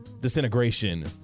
disintegration